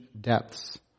depths